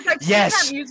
Yes